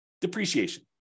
depreciation